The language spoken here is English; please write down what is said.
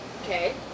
Okay